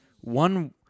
one